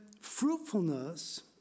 fruitfulness